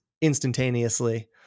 instantaneously